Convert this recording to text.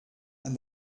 and